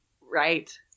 Right